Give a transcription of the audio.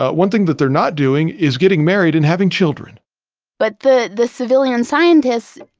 ah one thing that they're not doing is getting married and having children but the the civilian scientists,